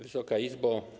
Wysoka Izbo!